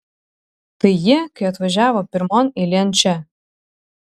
tai jie kai atvažiavo pirmon eilėn čia